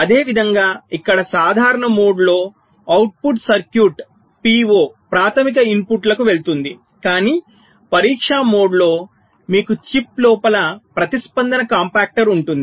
అదేవిధంగా ఇక్కడ సాధారణ మోడ్లో అవుట్పుట్ సర్క్యూట్ PO ప్రాధమిక ఇన్పుట్లకు వెళుతుంది కానీ పరీక్ష మోడ్లో మీకు చిప్ లోపల ప్రతిస్పందన కాంపాక్టర్ ఉంటుంది